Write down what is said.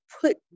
put